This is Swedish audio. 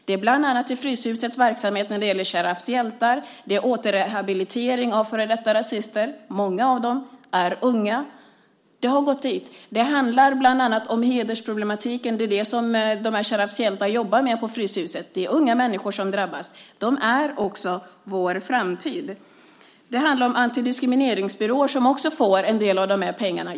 Det är bland annat Fryshusets verksamhet när det gäller Sharaf hjältar. Det är återrehabilitering av före detta rasister - många av dem är unga. Det handlar bland annat om hedersproblematiken, som Sharaf hjältar jobbar med på Fryshuset. Det är unga människor som drabbas. De är också vår framtid. Det handlar om antidiskrimineringsbyråer, som också får en del av de här pengarna.